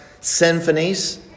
symphonies